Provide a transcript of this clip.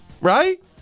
right